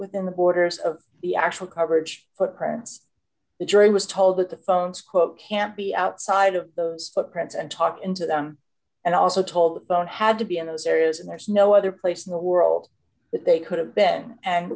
within the borders of the actual coverage footprints the jury was told that the phones quote can't be outside of those footprints and talked into them and also told the phone had to be in those areas and there's no other place in the world that they could have been and